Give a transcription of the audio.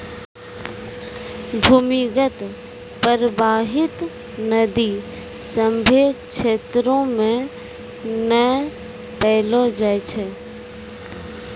भूमीगत परबाहित नदी सभ्भे क्षेत्रो म नै पैलो जाय छै